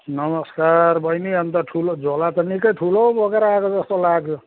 नमस्कार बैनी अन्त ठुलो झोला त निकै ठुलो बोकेर आएको जस्तो लाग्यो